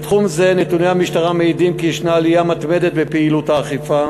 בתחום זה נתוני המשטרה מעידים כי ישנה עלייה מתמדת בפעילות האכיפה